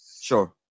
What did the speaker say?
Sure